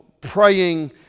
praying